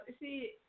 See